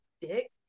dick